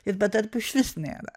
ir bedarbių išvis nėra